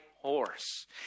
horse